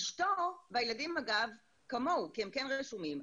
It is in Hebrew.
אשתו והילדים כמוהו כי הם כן רשומים.